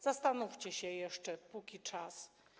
Zastanówcie się jeszcze, póki jest czas.